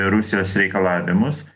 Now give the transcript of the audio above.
rusijos reikalavimus